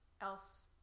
else